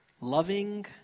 loving—